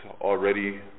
already